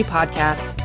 Podcast